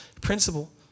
principle